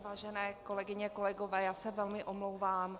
Vážené kolegyně, kolegové, já se velmi omlouvám.